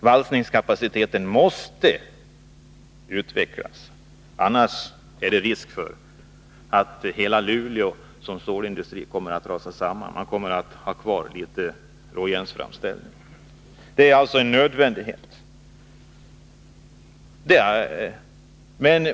Valsningskapaciteten måste utvecklas, annars är det risk för att Luleå som stålindustriort kommer att rasa samman — man kommer bara att ha kvar litet råjärnsframställning. Åtgärder är alltså nödvändiga.